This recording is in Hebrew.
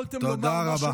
תודה רבה.